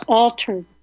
altered